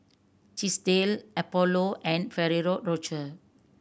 Chesdale Apollo and Ferrero Rocher